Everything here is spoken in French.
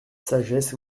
sagesse